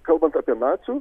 kalbant apie nacių